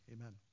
Amen